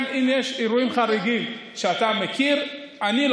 אם יש אירועים חריגים שאתה מכיר, בשמחה.